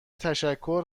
تشکر